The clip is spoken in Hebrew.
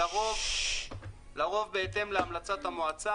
לרוב, בהתאם להמלצת המועצה.